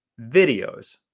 videos